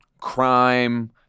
crime